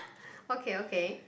okay okay